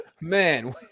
Man